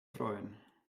freuen